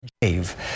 Dave